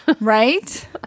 Right